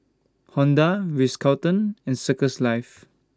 Honda Ritz Carlton and Circles Life